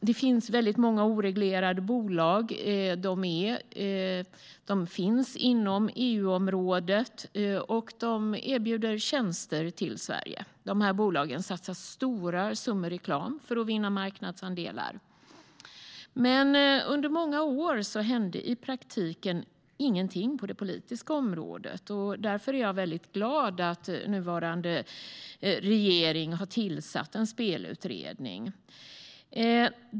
Det finns väldigt många oreglerade bolag inom EU-området, och de erbjuder tjänster för Sverige. De här bolagen satsar stora summor reklam för att vinna marknadsandelar. Men under många år hände i praktiken ingenting på det politiska området. Därför är jag väldigt glad att nuvarande regering har tillsatt en spelutredning.